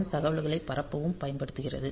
1 தகவல்களைப் பரப்பவும் பயன்படுத்தப்படுகிறது